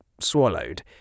swallowed